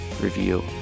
review